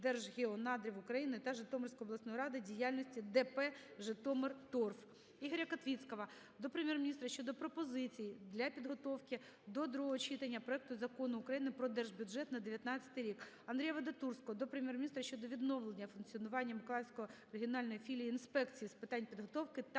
Держгеонадрів України та Житомирської обласної ради діяльності ДП "Житомирторф". ІгоряКотвіцього до Прем'єр-міністра щодо пропозицій для підготовки до другого читання проекту Закону України "Про Держбюджет України на 2019 рік". АндріяВадатурський до Прем'єр-міністра щодо відновлення функціонування Миколаївської регіональної філії Інспекції з питань підготовки та